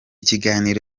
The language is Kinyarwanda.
kiganiro